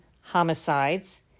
homicides